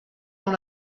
dans